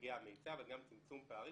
בהישגי המיצ"ב אלא גם צמצום פערים,